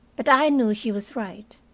but i knew she was right.